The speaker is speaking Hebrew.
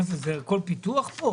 מה זה, הכול פיתוח פה?